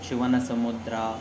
Shivanasamudra